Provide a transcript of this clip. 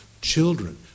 children